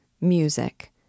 music